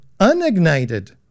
unignited